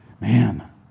Man